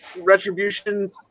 retribution